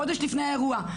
חודש לפני האירוע.